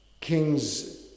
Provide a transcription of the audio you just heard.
King's